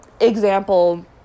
Example